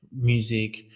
music